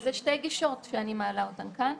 אלה שתי גישות שאני מעלה אותן כאן.